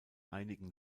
einigen